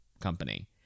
company